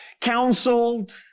counseled